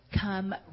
come